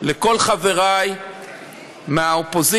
לכל חברי מהאופוזיציה,